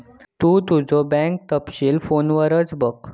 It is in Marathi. तु तुझो बँक तपशील फोनवरच बघ